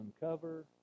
uncover